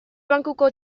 bankuko